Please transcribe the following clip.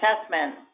assessment